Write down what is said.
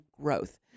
growth